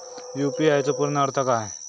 UPI चो पूर्ण अर्थ काय?